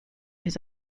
his